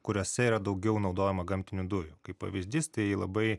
kuriose yra daugiau naudojama gamtinių dujų kaip pavyzdys tai labai